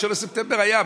1 בספטמבר היה.